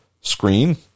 screen